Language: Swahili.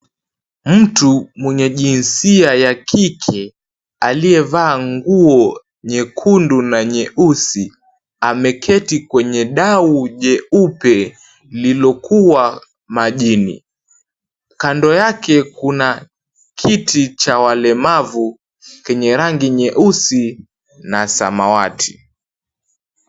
Mtu mwenye jinsia ya kike aliyevaa nguo nyekundu na nyeusi, ameketi kwenye dau jeupe lilokuwa majini. Kando yake kuna kiti cha walemavu kenye rangi nyeusi na samawati.